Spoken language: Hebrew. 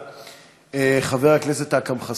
חבר הכנסת אכרם חסון, בבקשה.